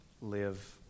live